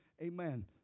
amen